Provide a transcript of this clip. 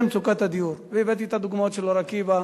מצוקת הדיור והבאתי את הדוגמאות של אור-עקיבא.